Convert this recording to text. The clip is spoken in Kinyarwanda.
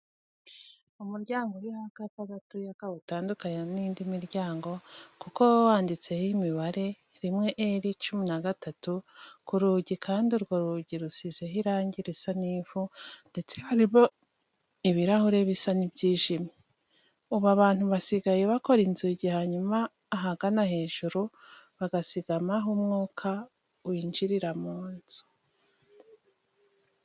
Umuryango uriho akapa gatoya kawutandukanya n'indi miryango kuko wo wanditseho iyi mibare ''1R13'' ku rugi kandi urwo rugi rusizeho irange risa n'ivu ndetse harimo ibirahure bisa n'ibyijimye. Ubu abantu basigaye bakora inzugi hanyuma ahagana hejuru bagasigamo aho umwuka winjirira mu nzu.